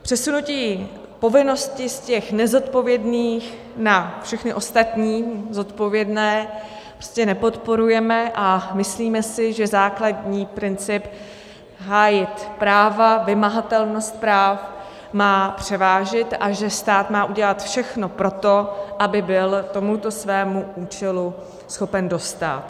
Přesunutí povinností z těch nezodpovědných na všechny ostatní zodpovědné prostě nepodporujeme a myslíme si, že základní princip hájit práva, vymahatelnost práv má převážit a že stát má udělat všechno pro to, aby byl tomuto svému účelu schopen dostát.